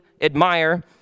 admire